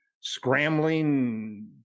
scrambling